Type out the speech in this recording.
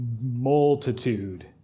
multitude